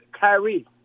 Kyrie